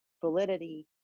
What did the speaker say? validity